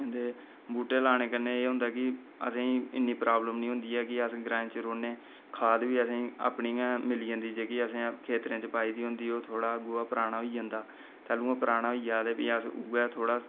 ते बूह्टे लाने कन्नै एह् होंदा कि असेंगी इन्नी प्रॉब्लम नीं होंदी कि जे अस ग्रांएं च रौह्न्ने खाद बी असेंगी अपनी गै मिली जंदी जेह्की असें खेतरें च पाई दी होंदी क्योकि ओह् गोआ थोह्ड़ा पुराना होई जंदा तैलूं ओह् पुराना होई गेआ ते फ्ही अस उ'ऐ थोह्ड़ा